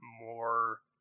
more